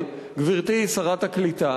גברתי שרת הקליטה,